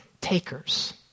takers